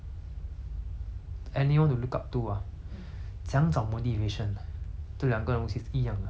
怎样找 motivation ah 这两个东西是一样的 to 我 lah to 我 lah 因为